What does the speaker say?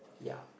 ya